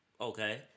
Okay